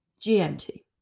GMT